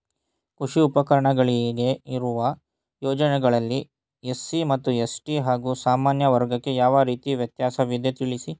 ಕೃಷಿ ಉಪಕರಣಗಳಿಗೆ ಇರುವ ಯೋಜನೆಗಳಲ್ಲಿ ಎಸ್.ಸಿ ಮತ್ತು ಎಸ್.ಟಿ ಹಾಗೂ ಸಾಮಾನ್ಯ ವರ್ಗಕ್ಕೆ ಯಾವ ರೀತಿ ವ್ಯತ್ಯಾಸವಿದೆ ತಿಳಿಸಿ?